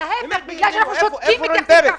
בגלל שאנחנו שותקים מתייחסים ככה.